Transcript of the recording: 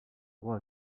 droit